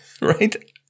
Right